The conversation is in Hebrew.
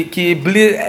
כי בלי,